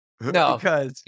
No